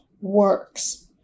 works